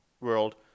world